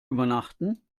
übernachten